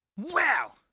well,